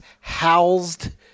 housed